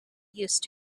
used